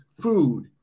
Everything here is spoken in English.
food